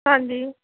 ਹਾਂਜੀ